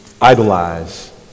Idolize